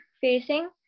facing